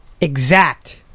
exact